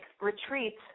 retreats